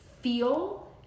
feel